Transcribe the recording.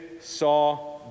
saw